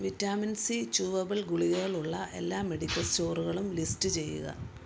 vitamin C chewable ഗുളികകൾ ഉള്ള എല്ലാ മെഡിക്കൽ സ്റ്റോറുകളും ലിസ്റ്റ് ചെയ്യുക